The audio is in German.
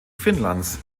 finnlands